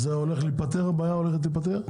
אז הבעיה הולכת להיפתר?